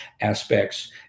aspects